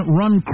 run